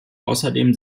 außerdem